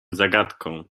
zagadką